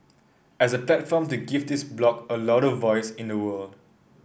as a platform to give this bloc a louder voice in the world